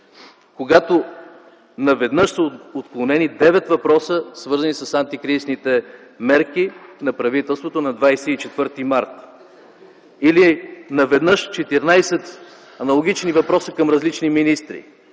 когато наведнъж са отклонени 9 въпроса, свързани с антикризисните мерки на правителството – на 24 март. Или наведнъж 14 аналогични въпроса към различни министри